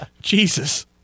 Jesus